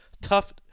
tough